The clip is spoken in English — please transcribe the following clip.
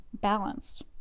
balanced